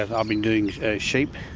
i've been doing sheep,